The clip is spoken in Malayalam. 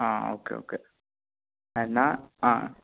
ആ ഓക്കെ ഓക്കെ എന്നാൽ ആ